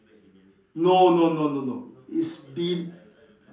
no no no no no is B